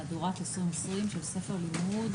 במהדורת 2020 של ספר לימוד